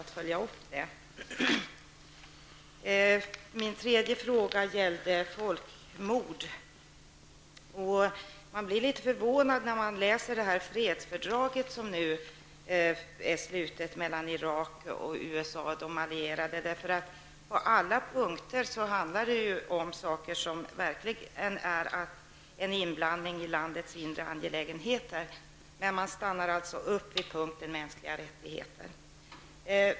Vidare har vi frågan om folkmord. Man kan bli litet förvånad när man läser fredsfördraget som nu är slutet mellan Irak och USA tillsammans med de allierade. På alla punkter handlar det verkligen om en inblandning i landets inre angelägenheter. Men det stannar vid punkten om mänskliga rättigheter.